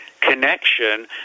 connection